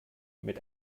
mit